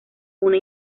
una